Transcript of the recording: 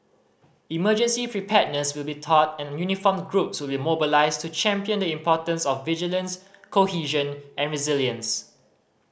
emergency preparedness will be taught and uniformed groups will be mobilised to champion the importance of vigilance cohesion and resilience